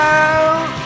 out